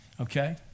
okay